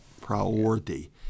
priority